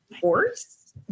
force